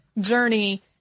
journey